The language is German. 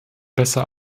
besser